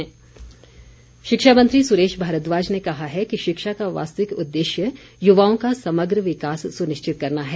सुरेश भारद्वाज शिक्षा मंत्री सुरेश भारद्वाज ने कहा है कि शिक्षा का वास्तविक उददेश्य युवाओं का समग्र विकास सुनिश्चित करना है